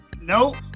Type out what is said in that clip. nope